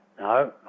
No